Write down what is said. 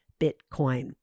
Bitcoin